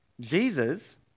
Jesus